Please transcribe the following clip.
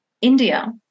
India